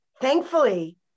thankfully